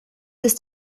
ist